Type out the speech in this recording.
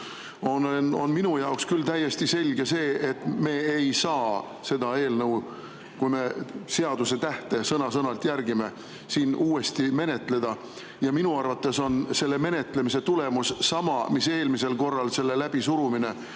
on minu jaoks küll täiesti selge, et me ei saa seda eelnõu, kui me seadusetähte sõna-sõnalt järgime, siin uuesti menetleda. Minu arvates on selle menetlemise tulemus sama, mis eelmisel korral, kui see suruti